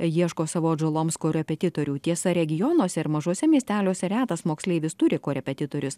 ieško savo atžaloms korepetitorių tiesa regionuose ir mažuose miesteliuose retas moksleivis turi korepetitorius